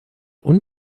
und